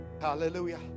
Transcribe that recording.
Hallelujah